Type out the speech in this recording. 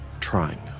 trying